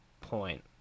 point